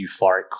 euphoric